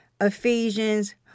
Ephesians